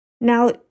Now